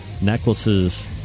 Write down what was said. necklaces